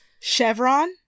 chevron